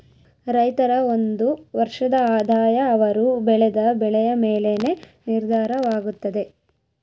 ರೈತರ ಒಂದು ವರ್ಷದ ಆದಾಯ ಅವರು ಬೆಳೆದ ಬೆಳೆಯ ಮೇಲೆನೇ ನಿರ್ಧಾರವಾಗುತ್ತದೆ